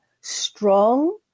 strong